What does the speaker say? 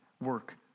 work